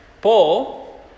Paul